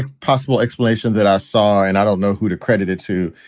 possible explanation that i saw, and i don't know who to credit it, too,